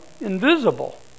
invisible